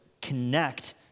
connect